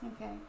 Okay